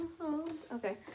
Okay